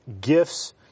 gifts